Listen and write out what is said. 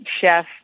chef